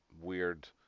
weird